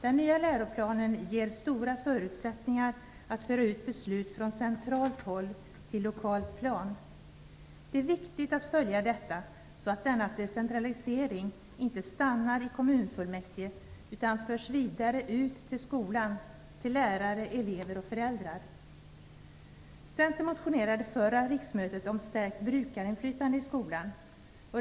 Den nya läroplanen ger stora förutsättningar att föra ut beslut från centralt håll till lokalt plan. Det är viktigt att följa detta, så att denna decentralisering inte stannar i kommunfullmäktige utan förs vidare ut till skolan, till lärare, elever och föräldrar. Centern motionerade under förra riksmötet om stärkt brukarinflytande i skolan.